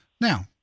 Now